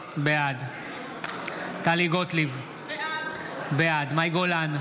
בעד טלי גוטליב, בעד מאי גולן,